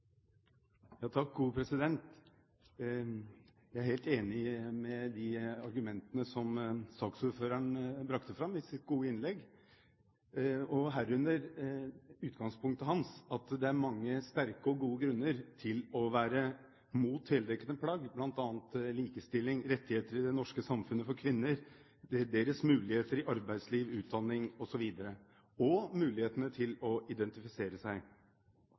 helt enig i de argumentene som saksordføreren brakte fram i sitt gode innlegg, herunder utgangspunktet hans, at det er mange sterke og gode grunner til å være imot heldekkende plagg, bl.a. likestilling, rettigheter i det norske samfunnet for kvinner, deres muligheter i arbeidslivet, utdanning osv., og mulighetene til å identifisere seg.